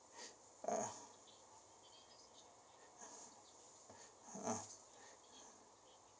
uh uh